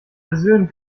versöhnen